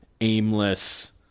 aimless